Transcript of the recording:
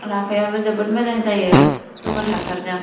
लाफायाबो जोबोद मोजां जायो गोबोर हासारजों